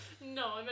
no